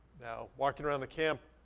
now walking around the camp,